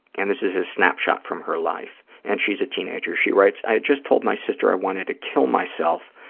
and this is a snapshot from her life, and she's a teenager. she writes, i had just told my sister i wanted to kill myself.